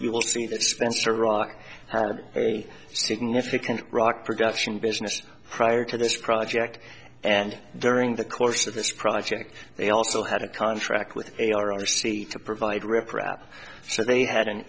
you will see that spencer rock had a significant rock production business prior to this project and during the course of this project they also had a contract with a r r c to provide rep rap so they had an